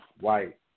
White